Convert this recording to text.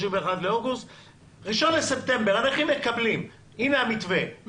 ב-1 בספטמבר הנכים מקבלים הנה המתווה,